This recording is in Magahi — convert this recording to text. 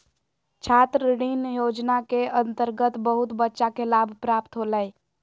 छात्र ऋण योजना के अंतर्गत बहुत बच्चा के लाभ प्राप्त होलय